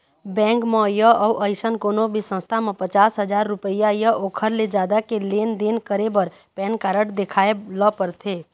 bank म य अउ अइसन कोनो भी संस्था म पचास हजाररूपिया य ओखर ले जादा के लेन देन करे बर पैन कारड देखाए ल परथे